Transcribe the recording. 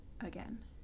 again